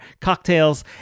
cocktails